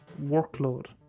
Workload